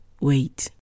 wait